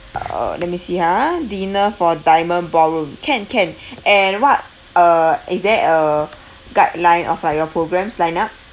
uh let me see ha dinner for diamond ballroom can can and what uh is there a guideline of like a programs lineup